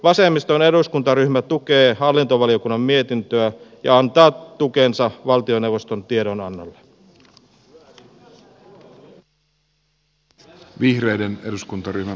vasemmiston eduskuntaryhmä tukee hallintovaliokunnan mietintöä ja antaa tukensa valtioneuvoston tiedonannolle